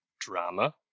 drama